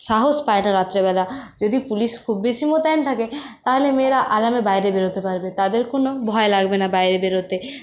সাহস পায় না রাত্রেবেলা যদি পুলিশ খুব বেশি মোতায়েন থাকে তাহলে মেয়েরা আরামে বাইরে বেরোতে পারবে তাদের কোনো ভয় লাগবে না বাইরে বেরোতে